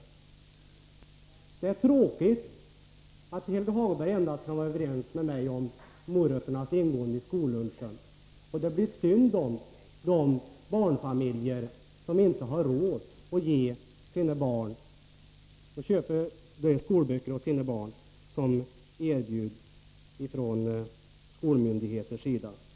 Som sagt, det är tråkigt att Helge Hagberg endast kan vara överens med mig om att morötter skall ingå i skollunchen, och det blir synd om de barnfamiljer som inte har råd att köpa sina barn de skolböcker som skolmyndigheterna erbjuder.